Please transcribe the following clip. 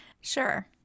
Sure